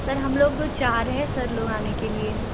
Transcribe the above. sir हम लोग चार हैं सर लोग आने के लिए